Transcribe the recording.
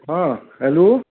हा हेलो